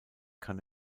kann